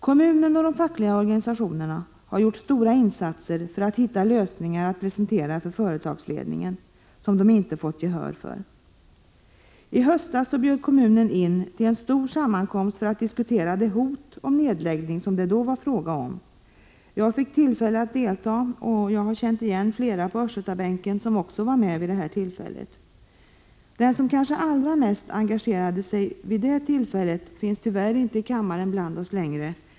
Kommunen och de fackliga organisationerna har gjort stora insatser för att finna lösningar att presentera för företagsledningen, men de har inte vunnit gehör för förslagen. I höstas ordnade kommunen en stor sammankomst för att diskutera det hot om nedläggning som det var fråga om. Jag fick tillfälle att delta — och jag har nu känt igen flera på östgötabänken som var med. Den som vid detta tillfälle kanske allra mest engagerade sig finns tyvärr inte längre här i kammaren.